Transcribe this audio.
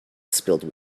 spilled